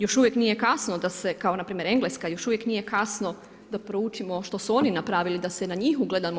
Još uvijek nije kasno da se kao na primjer Engleska, još uvijek nije kasno da proučimo što su oni napravili, da se na njih ugledamo.